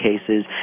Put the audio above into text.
cases